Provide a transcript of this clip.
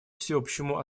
всеобщему